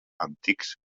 antics